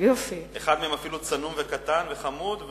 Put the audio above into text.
אחד מהם אפילו צנום וקטן וחמוד,